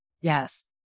Yes